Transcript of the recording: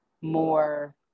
more